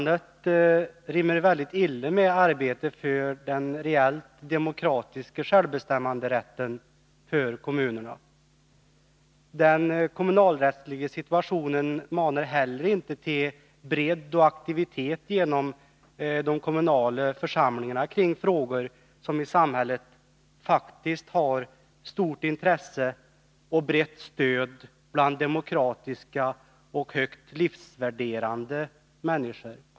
Det rimmar illa med arbetet för den reellt demokratiska självbestämmanderätten för kommunerna. Den kommunalrättsliga situationen manar inte heller till bredd och aktivitet genom de kommunala församlingarna kring frågor som i samhället faktiskt har stort intresse och brett stöd bland demokratiska och högt livsvärderande människor.